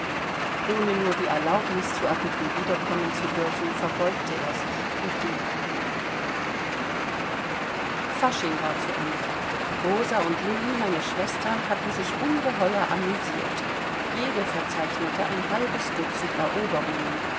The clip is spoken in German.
ohne nur die erlaubnis zu erbitten wiederkommen zu dürfen verbeugte er sich und ging der fasching war zu ende rosa und lilli meine schwestern hatten sich ungeheuer amüsiert jede verzeichnete ein halb dutzend eroberungen